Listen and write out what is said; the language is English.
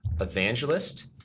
evangelist